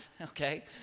okay